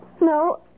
No